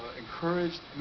encouraged,